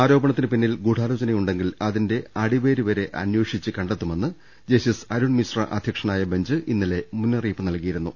ആരോപണത്തിന് പിന്നിൽ ഗൂഡാലോചനയുണ്ടെങ്കിൽ അതിന്റെ അടിവേരുവരെ അന്വേഷിച്ച് കണ്ടെത്തുമെന്ന് ജസ്റ്റിസ് അരുൺമിശ്ര അധ്യക്ഷനായ ബെഞ്ച് ഇന്നലെ മുന്നറിയിപ്പ് നൽകിയിരുന്നു